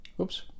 Oops